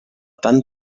tan